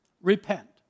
Repent